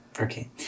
Okay